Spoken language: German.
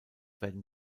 werden